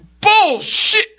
Bullshit